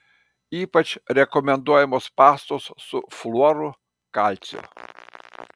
ypač rekomenduojamos pastos su fluoru kalciu